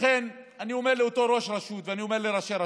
לכן אני אומר לאותו ראש רשות ואני אומר לראשי הרשויות: